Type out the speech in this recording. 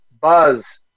buzz